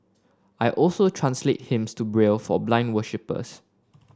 I also translate hymns to Braille for blind worshippers